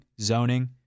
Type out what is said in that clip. zoning